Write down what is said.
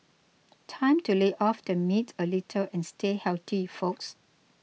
time to lay off the meat a little and stay healthy folks